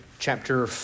Chapter